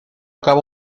cabo